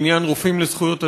בעניין "רופאים לזכויות אדם",